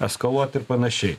eskaluot ir panašiai